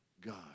God